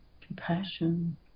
compassion